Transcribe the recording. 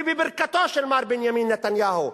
ובברכתו של מר בנימין נתניהו.